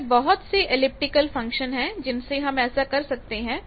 ऐसे बहुत से एलिप्टिकल फंक्शन है जिनसे हम ऐसा कर सकते हैं